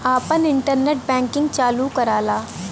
आपन internet banking चालू कराला